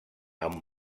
amb